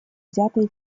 взятые